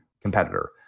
competitor